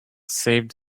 saved